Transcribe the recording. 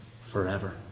forever